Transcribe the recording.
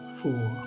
four